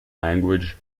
language